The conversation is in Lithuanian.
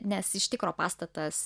nes iš tikro pastatas